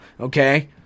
okay